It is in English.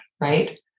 right